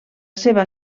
seva